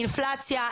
אינפלציה,